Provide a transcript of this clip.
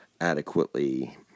adequately